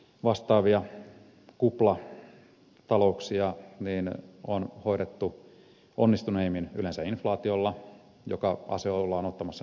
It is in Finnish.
käytännössä näitä vastaavia kuplatalouksia on hoidettu onnistuneimmin yleensä inflaatiolla joka asia ollaan ottamassa nyt pois